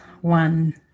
one